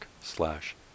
slash